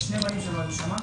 שאחד מן הבנים שלו נהרג.